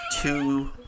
two